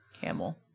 camel